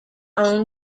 own